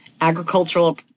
agricultural